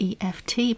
EFT